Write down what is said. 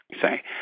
say